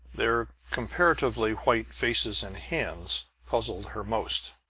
their comparatively white faces and hands puzzled her most.